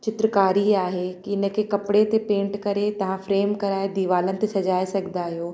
चित्रकारी आहे की इन खे कपिड़े ते पेंट करे तव्हां फ्रेम कराए दीवान ते सॼाए सघंदा आहियो